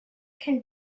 can